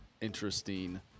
interesting